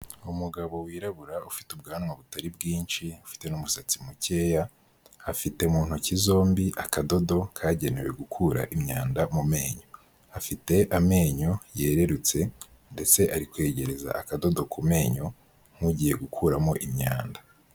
Umugabo wirabura ufite ubwanwa butari bwinshi, ufite n'umusatsi mukeya, afite mu ntoki zombi akadodo kagenewe gukura imyanda mu menyo, afite amenyo yererutse ndetse ari kwegereza akadodo ku menyo nk'ugiye gukuramo imyanda.